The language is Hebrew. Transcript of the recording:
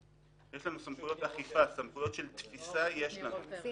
יש לנו סמכויות אכיפה, סמכויות של תפיסה יש לנו.